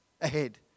ahead